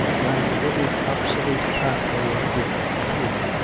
ran the little obsolete pathway alluded to,